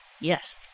Yes